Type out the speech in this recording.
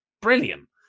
brilliant